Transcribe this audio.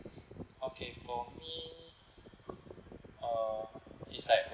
okay for me uh it's like